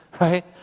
Right